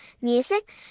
music